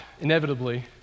inevitably